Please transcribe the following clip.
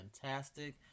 fantastic